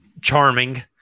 charming